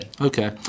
Okay